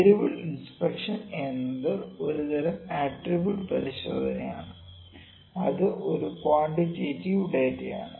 variable inspection എന്നത് ഒരു തരം ആട്രിബ്യൂട്ട് പരിശോധനയാണ് അത് ഒരു ക്വാണ്ടിറ്റേറ്റീവ് ഡാറ്റയാണ്